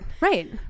Right